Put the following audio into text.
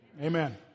Amen